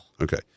Okay